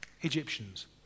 Egyptians